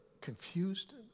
confused